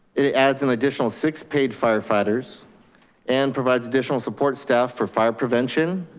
it adds an additional six paid firefighters and provides additional support staff for fire prevention,